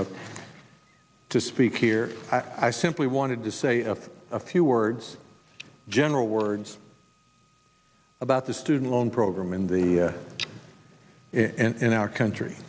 speak here i simply wanted to say up a few words general words about the student loan program in the in our country